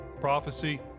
prophecy